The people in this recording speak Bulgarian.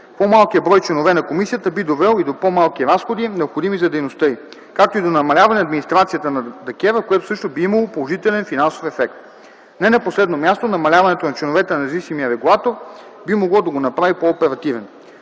По-малкият брой членове на Комисията би довел и до по-малки разходи, необходими за дейността й, както и до намаляване администрацията на ДКЕВР, което също би имало положителен финансов ефект. Не на последно място – намаляването на членовете на независимия регулатор би могло да го направи по-оперативен.